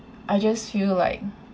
I just feel like